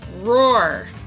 Roar